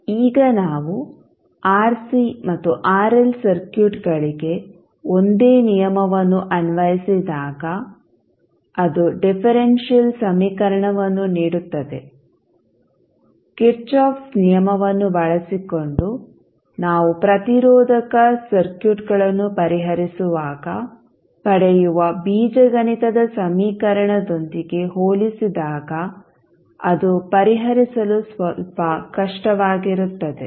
ಈಗ ನಾವು ಆರ್ಸಿ ಮತ್ತು ಆರ್ಎಲ್ ಸರ್ಕ್ಯೂಟ್ಗಳಿಗೆ ಒಂದೇ ನಿಯಮವನ್ನು ಅನ್ವಯಿಸಿದಾಗ ಅದು ಡಿಫರೆಂಶಿಯಲ್ ಸಮೀಕರಣವನ್ನು ನೀಡುತ್ತದೆ ಕಿರ್ಚಾಫ್ಸ್ ನಿಯಮವನ್ನು ಬಳಸಿಕೊಂಡು ನಾವು ಪ್ರತಿರೋಧಕ ಸರ್ಕ್ಯೂಟ್ಗಳನ್ನು ಪರಿಹರಿಸುವಾಗ ಪಡೆಯುವ ಬೀಜಗಣಿತದ ಸಮೀಕರಣದೊಂದಿಗೆ ಹೋಲಿಸಿದಾಗ ಅದು ಪರಿಹರಿಸಲು ಸ್ವಲ್ಪ ಕಷ್ಟವಾಗಿರುತ್ತದೆ